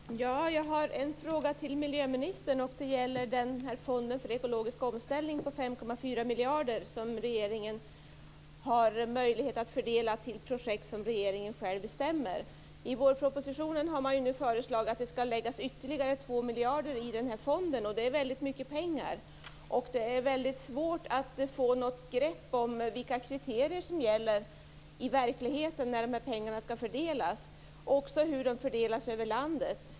Fru talman! Jag har en fråga till miljöministern. miljarder som regeringen har möjlighet att fördela till projekt som regeringen själv bestämmer. I vårpropositionen har man föreslagit att det skall läggas ytterligare 2 miljarder i fonden. Det är väldigt mycket pengar. Det är svårt att få grepp om vilka kriterier som gäller när de här pengarna skall fördelas och hur de fördelas över landet.